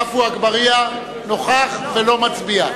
עפו אגבאריה, נוכח ולא מצביע.